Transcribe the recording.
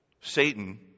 Satan